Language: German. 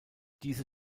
diese